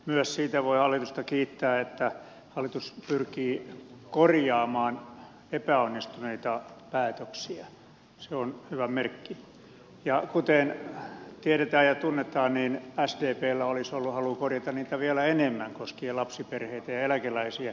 myös siitä voi hallitusta kiittää että hallitus pyrkii korjaamaan epäonnistuneita päätöksiä se on hyvä merkki ja kuten tiedetään ja tunnetaan sdpllä olisi ollut halu korjata niitä vielä enemmän koskien lapsiperheitä ja eläkeläisiä